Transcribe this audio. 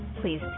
Please